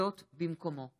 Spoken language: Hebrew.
וזאת במקומו.